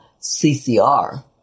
CCR